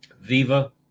Viva